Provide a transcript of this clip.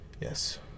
yes